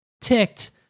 ticked